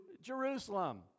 Jerusalem